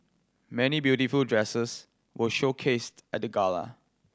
many beautiful dresses were showcased at the gala